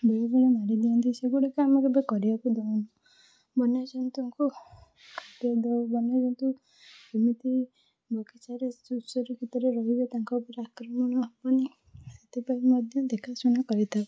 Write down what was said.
ବେଳେବେଳେ ମାରିଦିଅନ୍ତି ସେଇଗୁଡ଼ିକ ଆମେ କେବେ କରିବାକୁ ଦେଉନୁ ବନ୍ୟଜନ୍ତୁଙ୍କୁ ବନ୍ୟଜନ୍ତୁ କେମିତି ବଗିଚାରେ ସୁରକ୍ଷିତରେ ରହିବେ ତାଙ୍କ ପାଇଁ ଆକ୍ରମଣ ହେବନି ସେଥିପାଇଁ ମଧ୍ୟ ଦେଖାଶୁଣା କରିଥାଉ